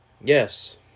Yes